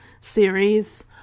series